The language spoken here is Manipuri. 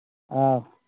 ꯑꯧ